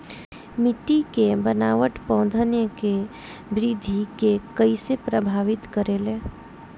मिट्टी के बनावट पौधन के वृद्धि के कइसे प्रभावित करे ले?